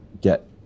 get